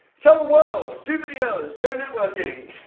tell the world, do videos, go networking.